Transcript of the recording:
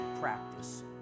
practice